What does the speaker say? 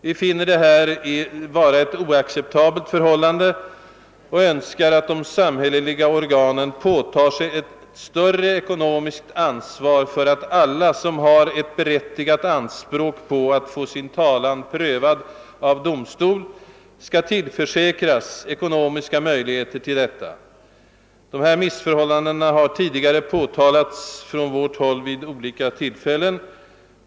Vi finner detta vara ett oacceptabelt förhållande och önskar att de samhälleliga organen snarast påtar sig ett större ekonomiskt ansvar för att alla, som har berättigade anspråk på att få sin talan prövad av domstol, skall tillförsäkras ekonomiska möjligheter till detta. Dessa missförhållanden har tidigare vid olika tillfällen påtalats från vårt håll.